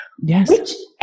Yes